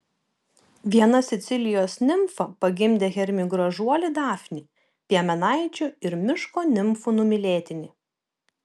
viena sicilijos nimfa pagimdė hermiui gražuolį dafnį piemenaičių ir miško nimfų numylėtinį